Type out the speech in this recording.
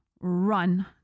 run